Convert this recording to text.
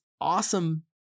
awesome